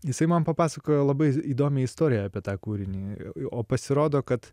jisai man papasakojo labai įdomią istoriją apie tą kūrinį o pasirodo kad